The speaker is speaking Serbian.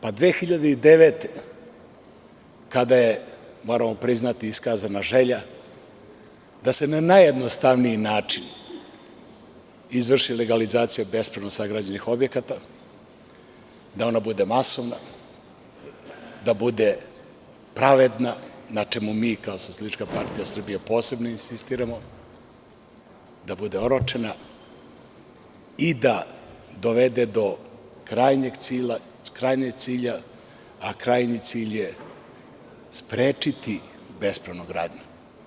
Godine 2009. je, moramo priznati, iskazana želja da se na najjednostavniji način izvrši legalizacija bespravno sagrađenih objekata, da ona bude masovna, da bude pravedna, na čemu mi kao SPS posebno insistiramo, da bude oročena i da dovede do krajnjeg cilja, a krajnji cilj je sprečiti bespravnu gradnju.